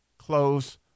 close